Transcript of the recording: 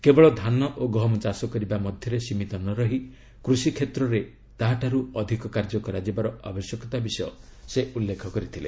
କେବଳ ଧାନ ଓ ଗହମ ଚାଷ କରିବା ମଧ୍ୟରେ ସୀମିତ ନ ରହି କୃଷିକ୍ଷେତ୍ରରେ ଏହାଠାରୁ ଅଧିକ କାର୍ଯ୍ୟ କରାଯିବାର ଆବଶ୍ୟକତା ବିଷୟ ସେ ଉଲ୍ଲେଖ କରିଥିଲେ